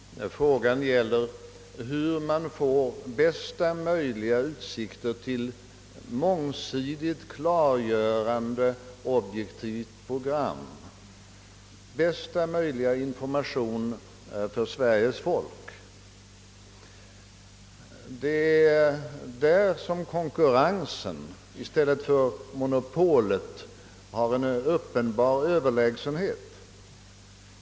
Herr talman! Frågan gäller vilket system som ger de bästa möjligheterna att skapa mångsidiga, klargörande och objektiva program och att lämna bästa möjliga information till Sveriges folk. Det är på den punkten som ett konkurrenssystem i jämförelse med ett monopolsystem har en uppenbar överlägsenhet.